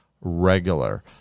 regular